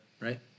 right